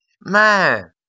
Man